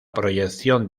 proyección